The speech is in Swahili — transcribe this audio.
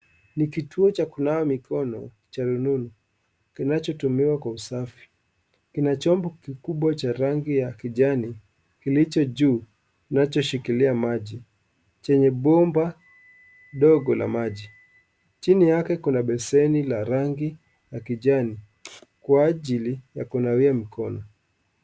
Ni kituo Cha kunawa mikono cha rununu kinacho tumiwa kwa usafi. Kina chombo kubwa cha rangi ya kijani kilicho juu kinacho shikilia maji, chenye bomba ndogo la maji. Chini yake kuna besheni la rangi ya kijani kwa ajili ya kunawia mkono.